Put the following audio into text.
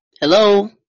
Hello